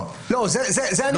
זה בסדר, עם זה אני מסכים אתך.